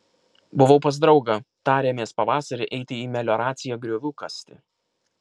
buvau pas draugą tarėmės pavasarį eiti į melioraciją griovių kasti